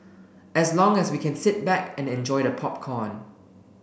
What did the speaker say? as long as we can sit back and enjoy the popcorn